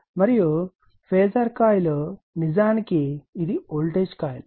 మరియు ఈ phasor coil నిజానికి ఇది వోల్టేజ్ కాయిల్